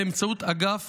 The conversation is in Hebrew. באמצעות אגף